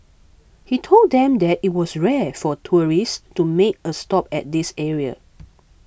he told them that it was rare for tourists to make a stop at this area